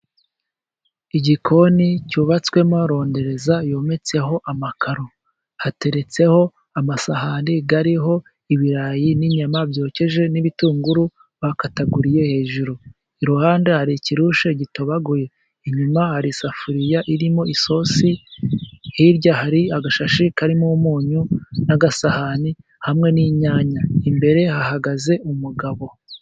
Igikoni cyubatswemo rondereza yometseho amakaro. Hateretseho amasahani ariho ibirayi n'inyama byokeje n'ibitunguru bakataguriye hejuru. Iruhande hari ikirushi gitobaguye. Inyuma hari isafuriya irimo isosi, hirya hari agashashi karimo umunyu, n'agasahani hamwe n'inyanya. Imbere hahagaze umugabo.